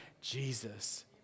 Jesus